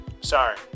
Sorry